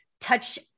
touch